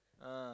ah